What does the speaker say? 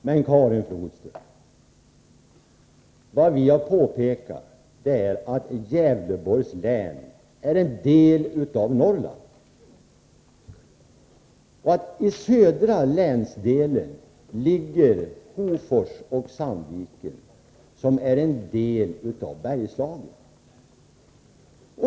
Herr talman! Det finns ett gammalt ordspråk som säger: ”Mycket skall man höra innan öronen faller av.” Men, Karin Flodström, vad vi har påpekat är att Gävleborgs län är en del av Norrland. I södra länsdelen ligger Hofors och Sandviken, som är en del av Bergslagen.